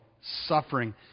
suffering